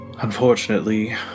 Unfortunately